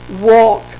walk